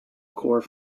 core